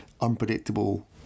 unpredictable